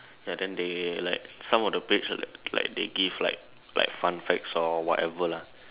ya then they like some of the page like like they give like like fun facts or whatever lah